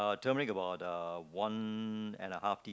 turmeric about uh one and a half tea